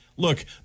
Look